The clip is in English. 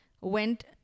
went